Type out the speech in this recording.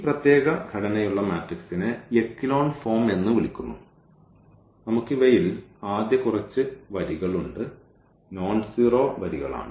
ഈ പ്രത്യേക ഘടനയുള്ള മാട്രിക്സിനെ എക്കലോൺ ഫോം എന്ന് വിളിക്കുന്നു നമുക്ക് ഇവയിൽ ആദ്യ കുറച്ച് വരികളുണ്ട് നോൺസീറോ വരികളാണ്